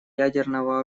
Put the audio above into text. ядерного